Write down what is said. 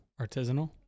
artisanal